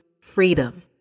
freedom